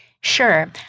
Sure